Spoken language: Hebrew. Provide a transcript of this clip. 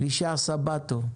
אלישבע סבתו.